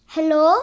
Hello